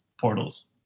portals